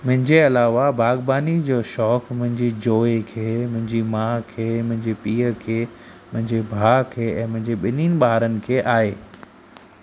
मुंहिंजे अलावा बाग़बानी जो शौक़ु मुंहिंजी जोए खे मुंहिंजी माउ खे मुंहिजे पीअ खे मुंहिंजे भाउ खे ऐं मुंहिंजे ॿिन्हिनि ॿारनि खे आहे